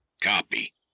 Copy